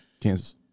Kansas